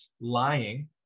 lying